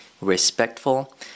respectful